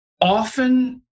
often